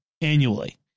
annually